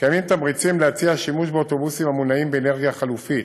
קיימים תמריצים להציע שימוש באוטובוסים המונעים באנרגיה חלופית,